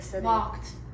Locked